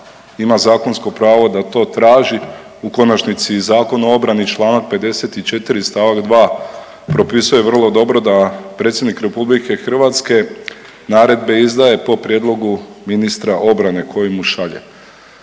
ima zakonsko pravo da to traži. U konačnici i Zakon o obrani Članak 54. stavak 2. propisuje vrlo dobro da Predsjednik RH naredbe izdaje po prijedlogu ministra obrane koji mu šalje.